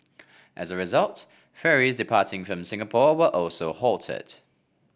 as a result ferries departing from Singapore were also halted